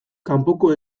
kanpoko